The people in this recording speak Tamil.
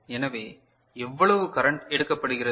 எனவே எவ்வளவு கரண்ட் எடுக்கப்படுகிறது